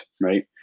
right